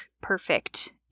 perfect